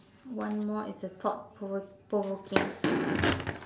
one more is the thought provo~ provoking